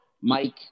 Mike